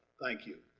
thank you.